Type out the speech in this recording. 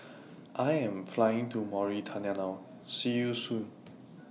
I Am Flying to Mauritania now See YOU Soon